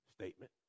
statement